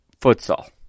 futsal